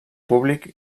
públic